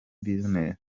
business